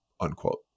unquote